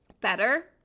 better